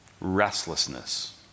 restlessness